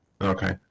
Okay